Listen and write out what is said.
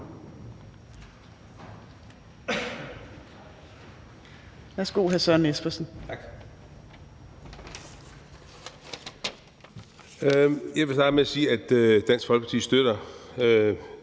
(Ordfører) Søren Espersen (DF): Tak. Jeg vil starte med at sige, at Dansk Folkeparti støtter